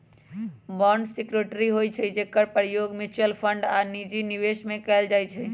bond security होइ छइ जेकर प्रयोग म्यूच्यूअल फंड आऽ निजी निवेश में कएल जाइ छइ